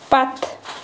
پتھ